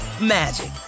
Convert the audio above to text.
magic